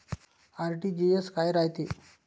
RTGS काय रायते?